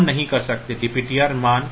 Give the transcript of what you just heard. DPTR मान